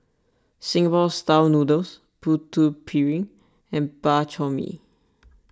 Singapore Style Noodles Putu Piring and Bak Chor Mee